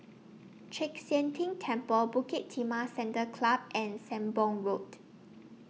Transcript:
Chek Sian Tng Temple Bukit Timah Saddle Club and Sembong Road